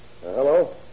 Hello